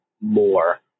more